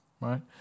right